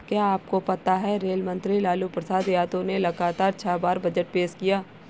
क्या आपको पता है रेल मंत्री लालू प्रसाद यादव ने लगातार छह बार बजट पेश किया?